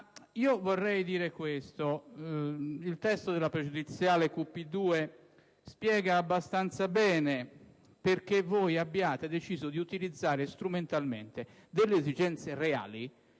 il presidente D'Alia. Il testo della pregiudiziale QP2 spiega abbastanza bene perché voi abbiate deciso di utilizzare strumentalmente delle esigenze reali.